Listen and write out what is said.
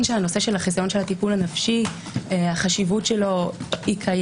שהנושא של החיסיון של הטיפול הנפשי החשיבות שלו קיימת.